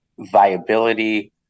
viability